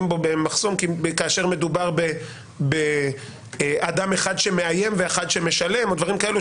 בו במחסום כאשר מדובר באדם אחד שמאיים ואחד שמשלם או דברים כאלה,